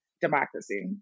democracy